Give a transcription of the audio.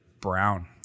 brown